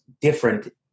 different